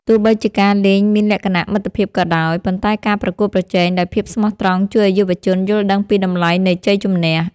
ទោះបីជាការលេងមានលក្ខណៈមិត្តភាពក៏ដោយ ប៉ុន្តែការប្រកួតប្រជែងដោយភាពស្មោះត្រង់ជួយឱ្យយុវជនយល់ដឹងពីតម្លៃនៃជ័យជម្នះ។